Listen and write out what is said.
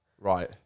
Right